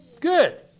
Good